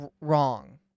Wrong